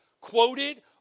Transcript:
quoted